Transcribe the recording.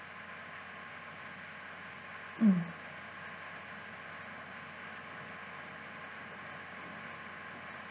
mm